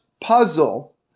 puzzle